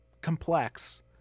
complex